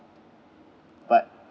but